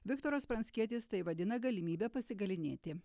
viktoras pranckietis tai vadina galimybe pasigalynėti